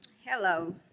Hello